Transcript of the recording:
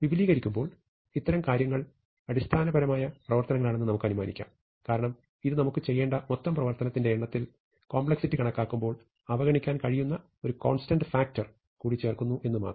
വിപുലീകരിക്കുമ്പോൾ അത്തരം കാര്യങ്ങൾ അടിസ്ഥാനപരമായ പ്രവർത്തനങ്ങളാണെന്ന് നമുക്ക് അനുമാനിക്കാം കാരണം ഇത് നമുക്ക് ചെയ്യേണ്ട മൊത്തം പ്രവർത്തനത്തിന്റെ എണ്ണത്തിൽ കോംപ്ലക്സിറ്റി കണക്കാക്കുമ്പോൾ അവഗണിക്കാൻ കഴിയുന്ന ഒരു കോൺസ്റ്റന്റ് ഫാക്ടർ കൂടി ചേർക്കുന്നു എന്നുമാത്രം